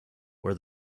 where